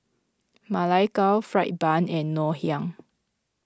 Ma Lai Gao Fried Bun and Ngoh Hiang